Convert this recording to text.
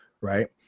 right